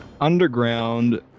underground